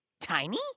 tiny